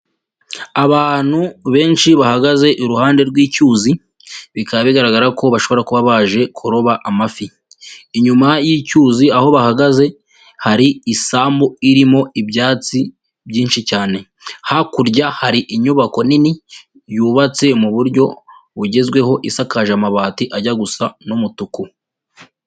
Abantu benshi bahagaze iruhande rw'icyuzi. Bikaba bigaragara ko bashobora kuba baje kuroba amafi. Inyuma y'icyuzi aho bahagaze, hari isambu irimo ibyatsi byinshi cyane. Hakurya hari inyubako nini yubatse mu buryo bugezweho, isakaje amabati ajya gusa n'umutuku.